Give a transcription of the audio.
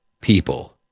people